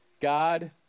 God